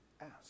ask